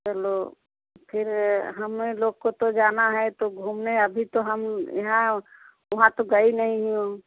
चलो फिर हमें लोग को तो जाना है तो घूमने अभी तो हम यहाँ वहाँ तो गए नहीं हूँ